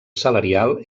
salarial